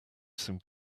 some